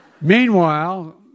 Meanwhile